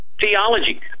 theology